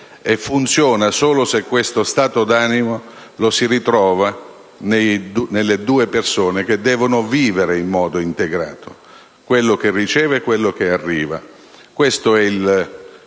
e funziona solo se questo stato d'animo lo si ritrova nelle due persone che devono vivere in modo integrato: colui che riceve e colui che arriva. Questo è il